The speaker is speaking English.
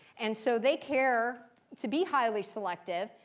and so they care to be highly selective.